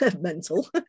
mental